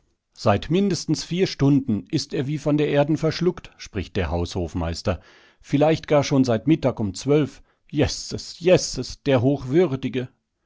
seit mindestens vier stunden ist er wie von der erden verschluckt spricht der haushofmeister vielleicht gar schon seit mittag um zwölf jesses jesses der hochwürdige